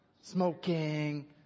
smoking